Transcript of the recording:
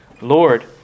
Lord